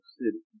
city